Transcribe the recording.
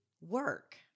work